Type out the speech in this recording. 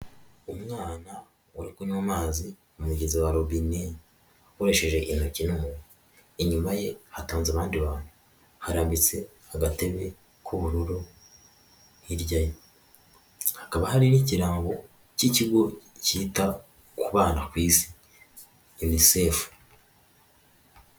Umwana uri kunywa amazi mu mugezi wa robine akoresheje intoki n'inyuma ye hatonze abandi bantu, harambitse agatebe k'ubururu hirya hakaba hari n'ikirango cy'ikigo cyita ku bana ku isi yunisefu.